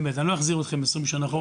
אני לא אחזיר אתכם 20 שנה אחורה,